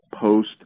post